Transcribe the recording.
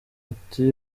ati